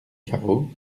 garot